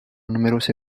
numerose